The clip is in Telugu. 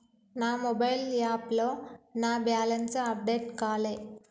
నా మొబైల్ యాప్లో నా బ్యాలెన్స్ అప్డేట్ కాలే